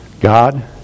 God